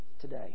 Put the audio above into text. today